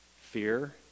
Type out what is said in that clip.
fear